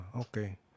Okay